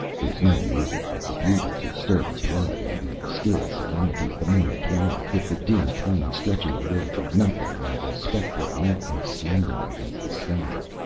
there's no music like the bugle to stir the blood, in the still solemnity of the morning twilight, with the dim plain stretching away to nothing and the spectral mountains slumbering against the sky.